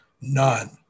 None